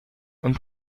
und